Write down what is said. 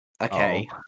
okay